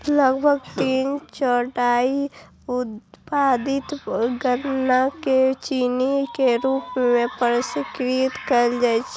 लगभग तीन चौथाई उत्पादित गन्ना कें चीनी के रूप मे प्रसंस्कृत कैल जाइ छै